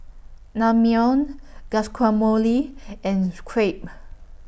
Naengmyeon Guacamole and Crepe